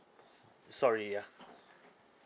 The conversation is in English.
sorry ya